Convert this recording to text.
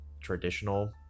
traditional